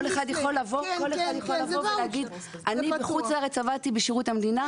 כל אחד יכול לבוא ולהגיד אני בחוץ לארץ עבדתי בשירות המדינה,